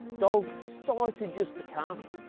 dog started just to cast,